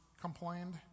complained